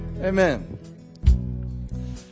Amen